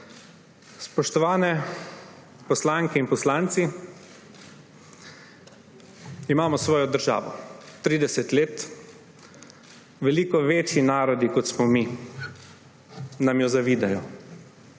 Spoštovane poslanke in poslanci, imamo svojo državo, 30 let. Veliko večji narodi, kot smo mi, nam jo zavidajo,